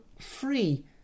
free